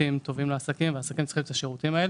מהשירותים שהמעוף נותן לעסקים בתחומים רבים.